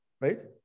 right